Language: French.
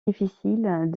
difficile